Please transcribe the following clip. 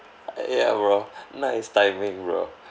ya bro nice timing bro